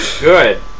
Good